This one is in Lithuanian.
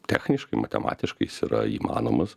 techniškai matematiška jis yra įmanomas